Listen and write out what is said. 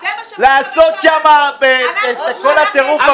--- לעשות שם את כל טירוף הפנים?